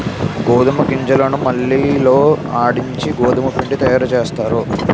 గోధుమ గింజలను మిల్లి లో ఆడించి గోధుమపిండి తయారుచేస్తారు